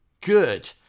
good